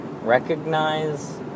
recognize